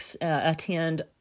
attend